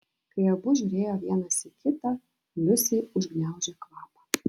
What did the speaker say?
kai abu žiūrėjo vienas į kitą liusei užgniaužė kvapą